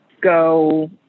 go